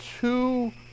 two